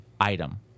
item